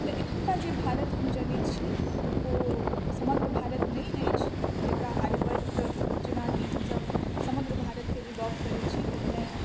तऽ एखुनका जे भारत हम जनैत छी ओ समग्र भारत नहि अछि जकरा आर्यावर्त जेनाकि हमसभ समग्र भारतके जे गप करैत छी ताहिमे